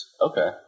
Okay